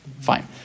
Fine